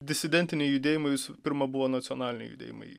disidentiniai judėjimai visų pirma buvo nacionaliniai judėjimai